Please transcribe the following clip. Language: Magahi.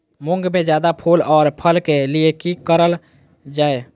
मुंग में जायदा फूल और फल के लिए की करल जाय?